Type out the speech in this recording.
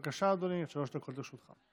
בבקשה, אדוני, עד שלוש דקות לרשותך.